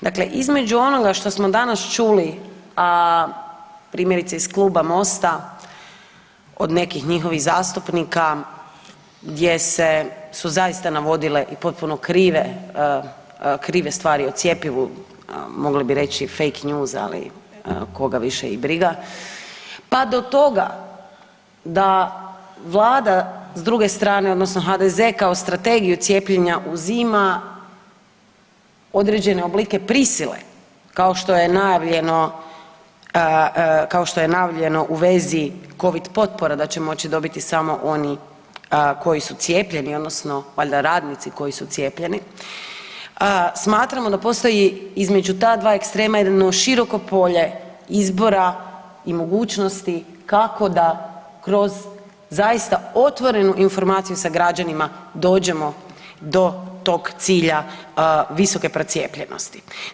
Dakle, između onoga što smo danas čuli, a primjerice iz klub Mosta od nekih njihovih zastupnika gdje se su zaista navodile i potpuno krive stvari o cjepivu, mogli bi reći fake news ali koga više i briga, pa do toga da Vlada s druge strane odnosno HDZ kao strategiju cijepljenja uzima određene oblike prisile kao što je najavljeno u vezi covid potpora da će moći dobiti samo oni koji su cijepljeni odnosno valjda radnici koji su cijepljeni, smatramo da postoji između ta dva ekstrema jedno široko polje izbora i mogućnosti kako da kroz zaista otvorenu informaciju sa građanima dođemo do tog cilja visoke procijepljenosti.